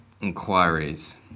inquiries